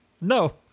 No